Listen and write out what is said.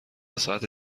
ساعت